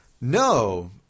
No